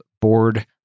board